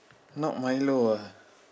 not milo ah